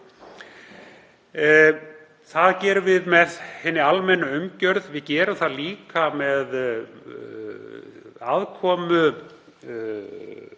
Það gerum við með hinni almennu umgjörð. Við gerum það líka með aðkomu